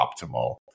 optimal